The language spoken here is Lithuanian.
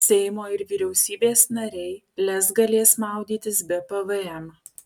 seimo ir vyriausybės nariai lez galės maudytis be pvm